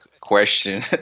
question